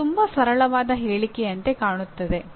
ಇದು ತುಂಬಾ ಸರಳವಾದ ಹೇಳಿಕೆಯಂತೆ ಕಾಣುತ್ತದೆ